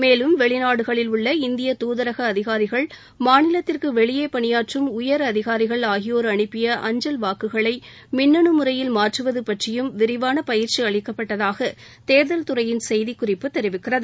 மேலும் வெளிநாடுகளில் உள்ள இந்திய தூதரக அதிகாரிகள் மாநிலத்திற்கு வெளியே பணியாற்றும் உயர் அதிகாரிகள் ஆகியோர் அனுப்பிய அஞ்சல் வாக்குகளை மின்னனு முறையில் மாற்றுவது பற்றியும் விரிவான பயிற்சி அளிக்கப்பட்டதாக தேர்தல் துறையின் செய்திக்குறிப்பு தெரிவிக்கிறது